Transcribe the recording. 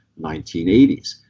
1980s